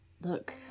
look